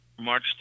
March